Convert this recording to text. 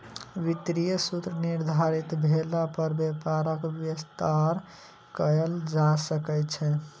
वित्तीय सूत्र निर्धारित भेला पर व्यापारक विस्तार कयल जा सकै छै